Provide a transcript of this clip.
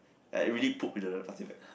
I really poop into the plastic bag